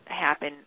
happen